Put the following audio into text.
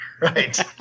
Right